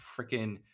freaking